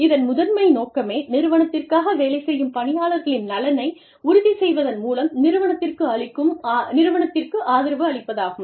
இதன் முதன்மை நோக்கமே நிறுவனத்திற்காக வேலை செய்யும் பணியாளர்களின் நலனை உறுதி செய்வதன் மூலம் நிறுவனத்திற்கு ஆதரவு அளிப்பதாகும்